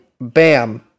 bam